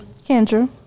Kendra